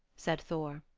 said thor.